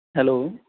hello